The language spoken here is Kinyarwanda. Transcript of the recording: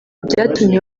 byatumye